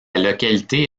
localité